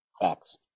Facts